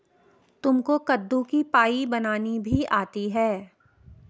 तुमको कद्दू की पाई बनानी भी आती है?